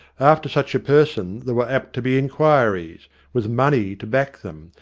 after such a person there were apt to be inquiries, with money to back them,